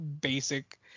basic